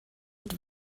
mit